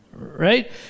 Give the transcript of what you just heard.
right